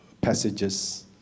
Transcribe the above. passages